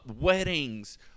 weddings